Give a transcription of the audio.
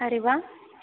अरे वा